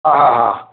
हा हा हा